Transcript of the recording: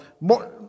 more